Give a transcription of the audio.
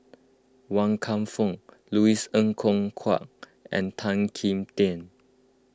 Wan Kam Fook Louis Ng Kok Kwang and Tan Kim Tian